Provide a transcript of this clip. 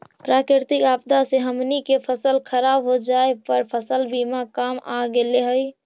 प्राकृतिक आपदा से हमनी के फसल खराब हो जाए पर फसल बीमा काम आ गेले हलई